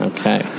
Okay